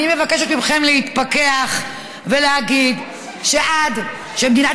אני מבקשת מכם להתפכח ולהגיד שעד שמדינת